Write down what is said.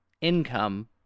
income